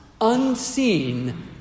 unseen